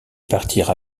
partirent